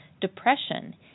depression